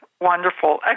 wonderful